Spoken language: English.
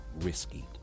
risky